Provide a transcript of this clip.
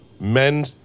men